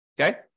Okay